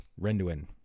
Renduin